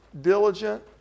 diligent